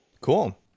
Cool